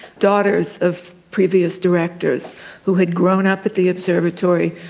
daughters of previous directors who had grown up at the observatory,